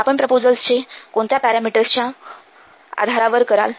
आपण प्रपोझल्सचे कोणत्या पॅरामिटर्सच्या आधारावर कराल